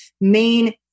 main